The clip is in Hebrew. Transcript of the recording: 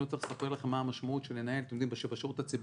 אני לא צריך לספר לכם מה המשמעות של להיות מנכ"ל בשירות הציבורי,